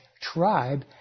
tribe